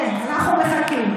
כן, אנחנו מחכים.